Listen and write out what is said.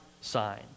sign